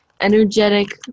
energetic